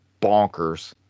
bonkers